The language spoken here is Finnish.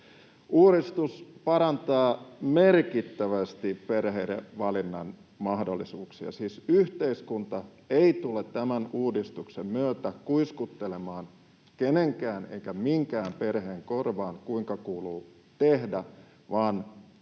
Uudistus parantaa merkittävästi perheiden valinnanmahdollisuuksia. Siis yhteiskunta ei tule tämän uudistuksen myötä kuiskuttelemaan kenenkään eikä minkään perheen korvaan, kuinka kuuluu tehdä, vaan